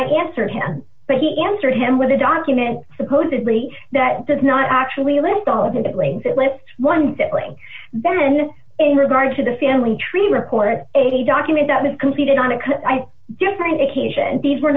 i answered him but he answered him with a document supposedly that does not actually list all of it it lays it lists one sibling then in regard to the family tree report a document that was completed on a different occasion and these were